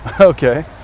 Okay